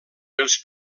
els